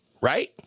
Right